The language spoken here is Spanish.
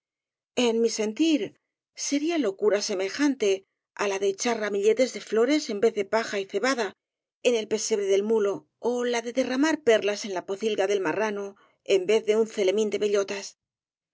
en mi sentir sería locura semejante á la de echar ramilletes de flores en vez de paja y cebada en el pesebre del mulo ó á la de derramar perlas en la pocilga del marrano en vez de un celemín de bellotas